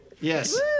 Yes